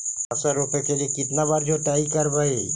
फसल रोप के लिय कितना बार जोतई करबय?